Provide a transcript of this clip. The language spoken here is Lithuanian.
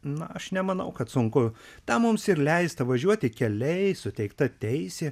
na aš nemanau kad sunku tam mums ir leista važiuoti keliais suteikta teisė